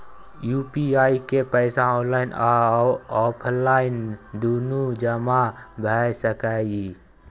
UPI के पैसा online आ ऑफलाइन दुनू जमा भ सकै इ?